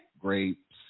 grapes